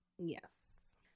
yes